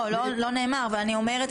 לא נאמר אבל אני שואלת,